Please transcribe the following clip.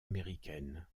américaine